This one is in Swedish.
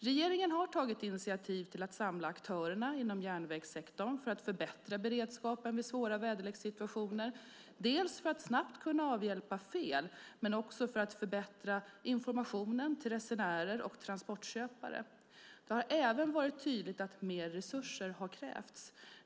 Regeringen har tagit initiativ till att samla aktörerna inom järnvägssektorn för att förbättra beredskapen vid svåra väderlekssituationer dels för att snabbt kunna avhjälpa fel, dels för att förbättra informationen till resenärer och transportköpare. Det har även varit tydligt att mer resurser har krävts.